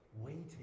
waiting